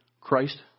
Christ